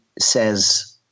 says